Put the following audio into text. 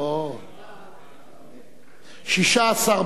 להפוך את הצעת חוק מלווה המדינה (תיקון,